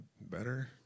better